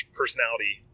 personality